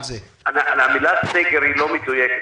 המילה סגר היא לא מדויקת.